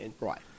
right